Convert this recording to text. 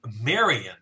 Marion